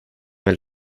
vill